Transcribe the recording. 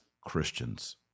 Christians